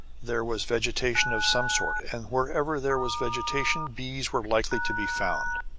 there was vegetation of some sort, and wherever there was vegetation bees were likely to be found.